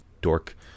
dork